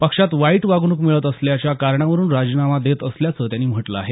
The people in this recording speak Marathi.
पक्षात वाईट वागणूक मिळत असल्याच्या कारणावरून राजीनामा देत असल्याचं त्यांनी म्हटलं आहे